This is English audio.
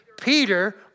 Peter